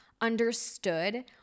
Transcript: understood